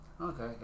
okay